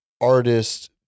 artist